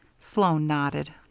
sloan nodded.